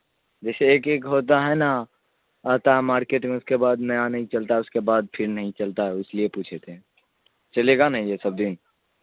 جیسے ایک ایک ہوتا ہے نا آتا ہے مارکیٹ میں اس کے بعد نیا نہیں چلتا ہے اس کے بعد پھر نہیں چلتا ہے اس لیے پوچھے تھے چلے گا نہ یہ سب دن